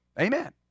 Amen